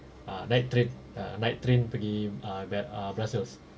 ah night train uh night train pergi uh ba~ uh brussels